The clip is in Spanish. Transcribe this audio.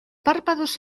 párpados